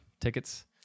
tickets